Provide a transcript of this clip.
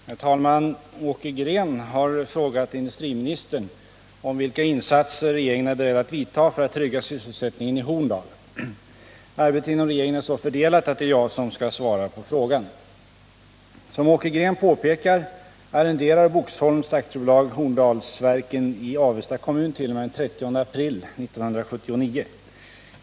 Herr talman! Åke Green har frågat industriministern om vilka insatser regeringen är beredd att vidta för att trygga sysselsättningen i Horndal. Arbetet inom regeringen är så fördelat att det är jag som skall svara på frågan. Som Åke Green påpekar arrenderar Boxholms AB Horndalsverken i Avesta kommun t.o.m. den 30 april 1979.